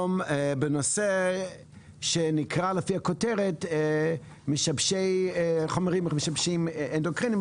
היום בנושא שנקרא לפי הכותרת חומרים משבשי אנדוקרינים,